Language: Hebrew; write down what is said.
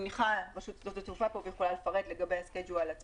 אני מניחה שרשות שדות התעופה פה והיא יכולה לפרט לגבי לוח הזמנים עצמו.